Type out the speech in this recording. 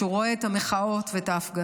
כשהוא רואה את המחאות וההפגנות,